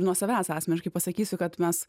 nuo savęs asmeniškai pasakysiu kad mes